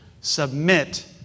submit